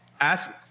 Ask